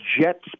Jets